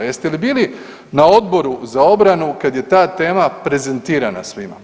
Jeste li bili na Odboru za obranu kad je ta tema prezentirana svima?